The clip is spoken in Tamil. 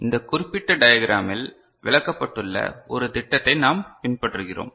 இந்த குறிப்பிட்ட டயக்ராமில் விளக்கப்பட்டுள்ள ஒரு திட்டத்தை நாம் பின்பற்றுகிறோம்